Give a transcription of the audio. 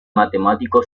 matemático